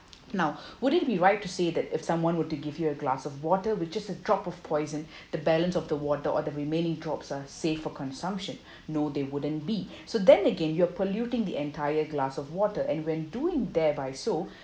now would it be right to say that if someone were to give you a glass of water with just a drop of poison the balance of the water or the remaining drops are safe for consumption no they wouldn't be so then again you are polluting the entire glass of water and when doing thereby so